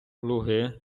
луги